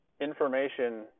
information